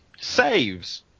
saves